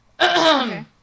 Okay